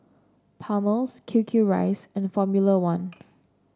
Palmer's Q Q rice and Formula One